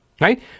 right